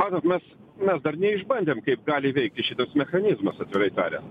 a daug mes mes dar neišbandėm kaip gali veikti šitas mechanizmas atvirai tariant